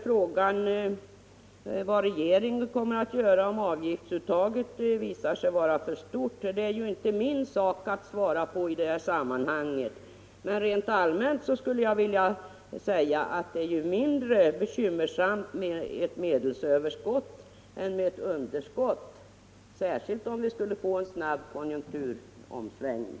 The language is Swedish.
Frågan om vad regeringen kommer att göra om avgiftsuttaget visar sig vara för stort är det inte min sak att svara på, men rent allmänt vill jag säga att det är mindre bekymmersamt med ett medelsöverskott än med ett underskott, särskilt om vi skulle få en snabb konjunktursvängning.